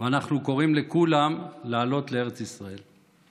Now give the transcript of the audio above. ואנחנו קוראים לכולם לעלות לארץ ישראל.